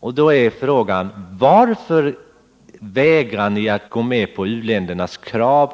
Frågan är vidare: Varför vägrar ni gå med på u-ländernas krav